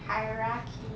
hierarchy